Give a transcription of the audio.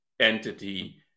entity